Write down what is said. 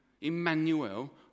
Emmanuel